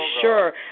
sure